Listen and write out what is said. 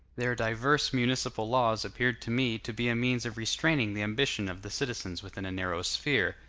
their divers municipal laws appeared to me to be a means of restraining the ambition of the citizens within a narrow sphere,